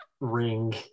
ring